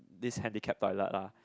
this handicapped toilet lah